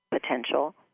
potential